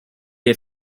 est